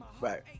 Right